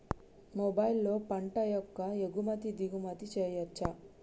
మొబైల్లో పంట యొక్క ఎగుమతి దిగుమతి చెయ్యచ్చా?